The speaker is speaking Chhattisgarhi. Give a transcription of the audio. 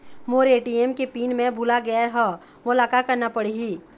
मोर ए.टी.एम के पिन मैं भुला गैर ह, मोला का करना पढ़ही?